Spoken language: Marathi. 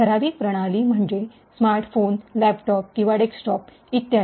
ठराविक प्रणाली म्हणजे स्मार्ट फोन लॅपटॉप किंवा डेस्कटॉप इत्यादी